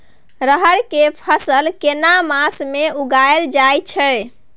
रहर के फसल केना मास में उगायल जायत छै?